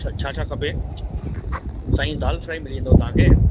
छा छा खपे साईं दाल फ्राई मिली वेंदो तव्हांखे